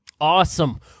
Awesome